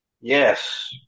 Yes